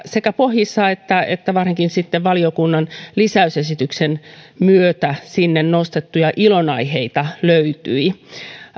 sekä pohjista että varsinkin sitten valiokunnan lisäysesityksen myötä sinne nostettuja ilonaiheita löytyi